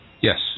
Yes